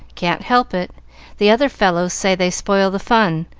can't help it the other fellows say they spoil the fun,